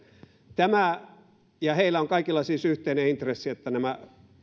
ja heillä on kaikilla siis yhteinen intressi että nämä